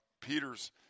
Peter's